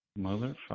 Motherfucker